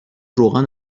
روغن